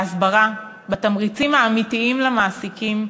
בהסברה, בתמריצים האמיתיים למעסיקים,